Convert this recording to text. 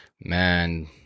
Man